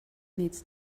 needs